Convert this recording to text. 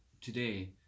today